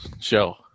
show